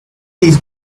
these